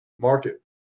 market